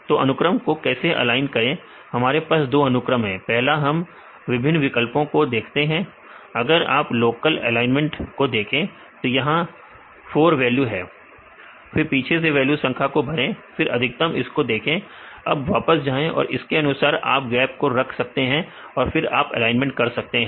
तो अनुक्रम को कैसे ऑलाइन करें हमारे पास दो अनुक्रम है पहले हम विभिन्न विकल्पों को देखते हैं अगर आप लोकल एलाइनमेंट को देखें तो यहां 4 वैल्यू है फिर पीछे से वैल्यू संख्या को भरे फिर अधिकतम इसको देखें अब वापस जाएं और इसके अनुसार आप गैप को रख सकते हैं और फिर आप एलाइनमेंट कर सकते हैं